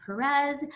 Perez